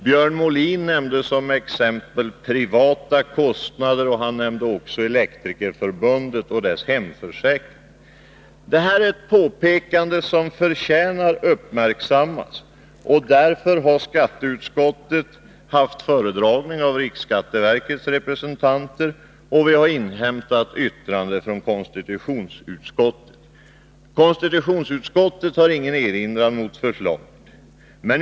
Björn Molin nämnde som exempel privata kostnader, och han nämnde också Elektrikerförbundets hemförsäkring. Det är ett påpekande som förtjänar uppmärksammas, och därför har skatteutskottet haft föredragning av riksskatteverkets representanter och dessutom inhämtat yttrande från konstitutionsutskottet. Konstitutionsutskottet har ingen erinran mot förslaget.